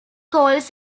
calls